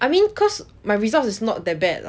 I mean cause my results is not that bad lah